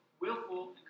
willful